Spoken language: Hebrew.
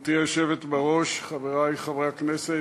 גברתי היושבת בראש, חברי חברי הכנסת,